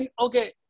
okay